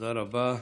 תודה רבה.